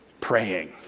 Praying